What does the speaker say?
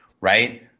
Right